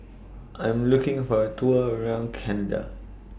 I'm looking For A Tour around Canada